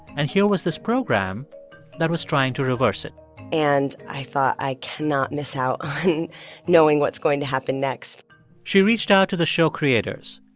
and here was this program that was trying to reverse it and i thought, i cannot miss out on knowing what's going to happen next she reached out to the show creators.